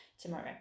tomorrow